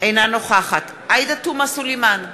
אינה נוכחת עאידה תומא סלימאן,